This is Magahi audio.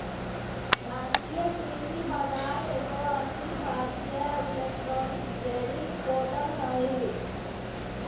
राष्ट्रीय कृषि बाजार एगो अखिल भारतीय इलेक्ट्रॉनिक ट्रेडिंग पोर्टल हइ